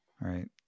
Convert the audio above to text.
Right